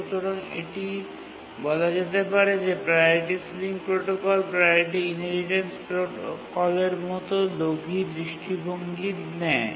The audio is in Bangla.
সুতরাং এটি বলা যেতে পারে যে priority ceiling protocol priority inheritance প্রোটোকলের মতো ভালো নয়